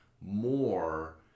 more